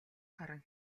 харан